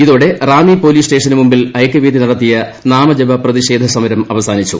ഇതോടെ റാന്നി പോലീസ് സ്റ്റേഷനു മുമ്പിൽ ഐകൃവേദി നടത്തിയ നാമജപ പ്രതിഷേധ സമരം അവസാനിച്ചു